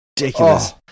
ridiculous